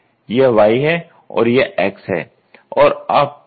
यह y है और यह x है और आप इन दोनों के बीच ग्राफ प्लॉट करते हैं